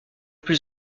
plus